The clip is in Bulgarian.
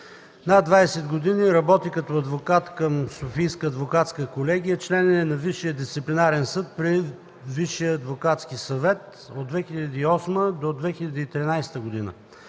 Над 20 години работи като адвокат към Софийска адвокатска колегия. Член е на Висшия дисциплинарен съд при Висшия адвокатски съвет от 2008 до 2013 г.